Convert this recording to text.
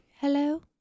hello